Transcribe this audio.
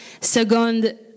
Second